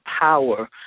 power